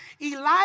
elijah